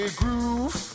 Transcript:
groove